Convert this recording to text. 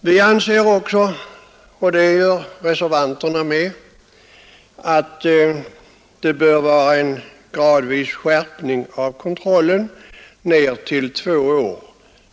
Vi anser också — och det gör även reservanterna — att en skärpning gradvis av kontrollen ned till två år bör genomföras.